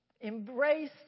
Embrace